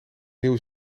nieuwe